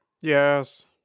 yes